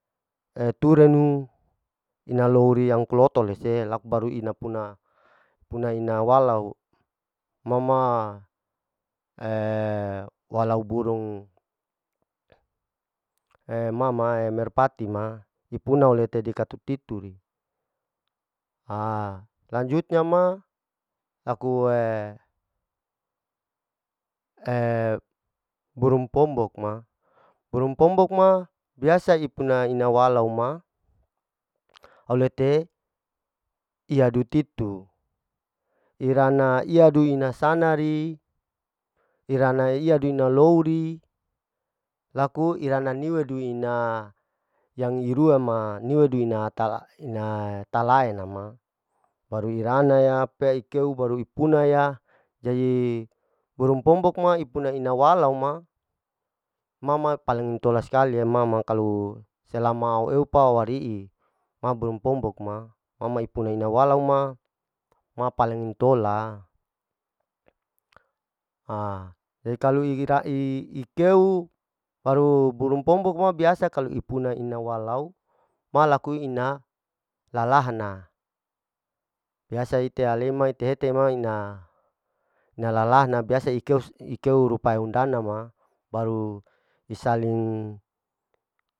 Turenu ina loi'iri kloto mese baru laku ina-inapuna, puna ina walau ma ma walau burung ma ma merpati ma ipuna ole dikatuuturi, ha lanjutnya ma laku burung pombok ma, burung pombok ma biasa ipuna ina walau ma au lete iya dutitu irana iyadu, ina sanari, irana iadu irana loiri, laku irana niwedu ina yang irui ma niwedu ina, ina talae nama, baru irana ya pea ikeu baru ipuna yaa jaji burung pombok ma inpuna ina walau ma, ma ma paling tola skali e ma ma, kalu selama ewewpa ari'i, ma burung pombok ma, ma ma ipuna ina walu ma, ma paling intola, ha la kalau iirai ikeu baru burung pombok ma biasa kalu ipuna ina walau ma laku ina lalahna biasa ite ale ma ite-ite ma ina lalahna biasa ikeu, ikeu rupae undana ma baru bersalin.